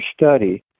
Study